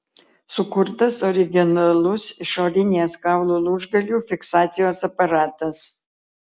sukurtas originalus išorinės kaulų lūžgalių fiksacijos aparatas